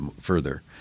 further